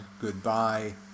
goodbye